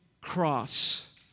cross